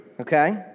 okay